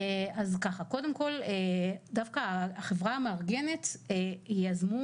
קודם כל דווקא החברה המארגנת יזמו,